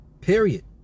Period